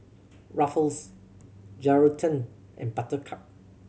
Ruffles Geraldton and Buttercup